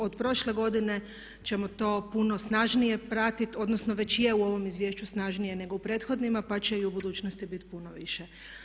Od prošle godine ćemo to puno snažnije pratiti, odnosno već je u ovom izvješću snažnije nego u prethodnima pa će i u budućnosti biti puno više.